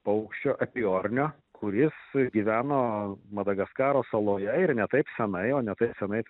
paukščio apiornio kuris gyveno madagaskaro saloje ir ne taip senai o ne taip senai